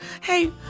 Hey